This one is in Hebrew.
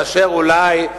מאשר אולי,